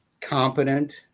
competent